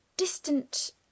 distant